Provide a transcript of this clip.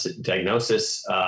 diagnosis